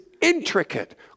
intricate